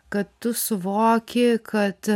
kad tu suvoki kad